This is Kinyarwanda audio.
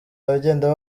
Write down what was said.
abagenda